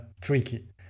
tricky